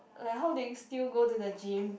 like how they still go to the gym